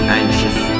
anxious